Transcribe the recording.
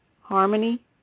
harmony